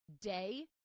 day